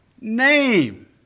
name